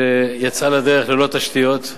שיצאה לדרך ללא תשתיות.